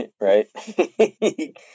right